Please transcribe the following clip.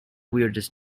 weirdest